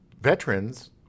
veterans